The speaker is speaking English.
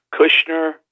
Kushner